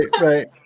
right